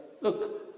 look